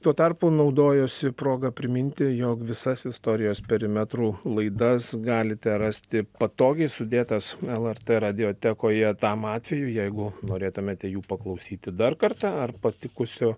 tuo tarpu naudojuosi proga priminti jog visas istorijos perimetrų laidas galite rasti patogiai sudėtas lrt radiotekoje tam atvejui jeigu norėtumėte jų paklausyti dar kartą ar patikusiu